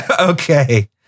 Okay